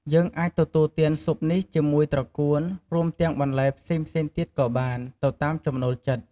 យើងអាចទទួលទានស៊ុបនេះជាមួយត្រកួន រួមទាំងបន្លែផ្សេងៗទៀតក៏បាន ទៅតាមចំណូលចិត្ត។